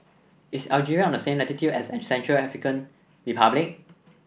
is Algeria on the same latitude as Central African Republic